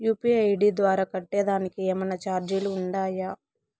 UPI ID ద్వారా కట్టేదానికి ఏమన్నా చార్జీలు ఉండాయా?